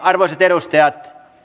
arvoisat edustajat